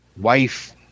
wife